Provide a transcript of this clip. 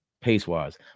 pace-wise